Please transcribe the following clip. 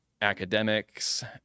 academics